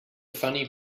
funny